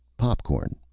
pop-corn.